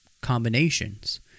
combinations